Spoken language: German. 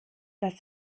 dass